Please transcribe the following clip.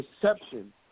perception